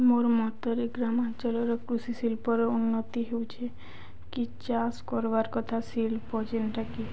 ମୋର୍ ମତରେ ଗ୍ରାମାଞ୍ଚଳର କୃଷିଶିଳ୍ପର ଉନ୍ନତି ହେଉଛେ କି ଚାଷ୍ କର୍ବାର୍ କଥା ଶିଳ୍ପ ଯେନ୍ଟାକି